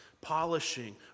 polishing